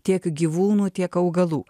tiek gyvūnų tiek augalų